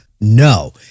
No